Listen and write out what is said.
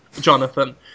Jonathan